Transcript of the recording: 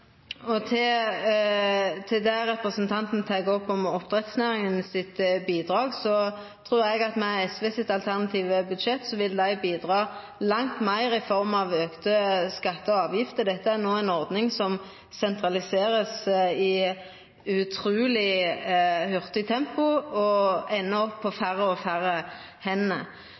Til det representanten tek opp om bidraget frå oppdrettsnæringa, trur eg at med SVs alternative budsjett ville dei bidra langt meir i form av auka skattar og avgifter. Dette er no ei ordning som vert sentralisert i utruleg hurtig tempo, og endar opp på stadig færre hender.